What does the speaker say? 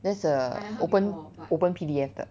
that's a open open P_D_F 的